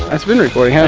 it's been recording